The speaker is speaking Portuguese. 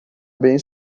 bem